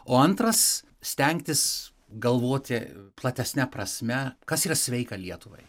o antras stengtis galvoti platesne prasme kas yra sveika lietuvai